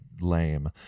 lame